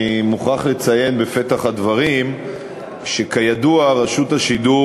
אני מוכרח לציין בפתח הדברים שכידוע רשות השידור